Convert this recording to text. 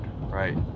right